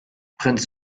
prinz